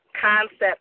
concept